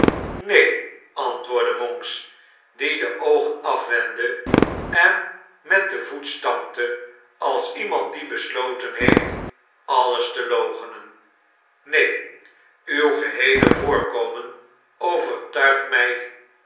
neen antwoordde monks die de oogen afwendde en met den voet stampte a's iemand die besloten heeft alles te loochenen neen uw geheele voorkomen overtuigt mij